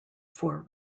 for